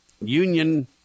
union